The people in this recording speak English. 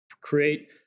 create